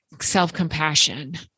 self-compassion